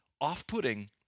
off-putting